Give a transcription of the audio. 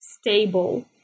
Stable